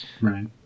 Right